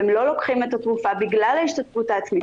הם לא לוקחים את התרופה בגלל ההשתתפות העצמית,